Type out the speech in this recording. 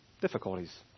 difficulties